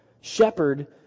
Shepherd